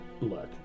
Look